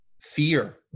fear